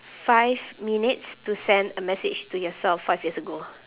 five minutes to send a message to yourself five years ago ah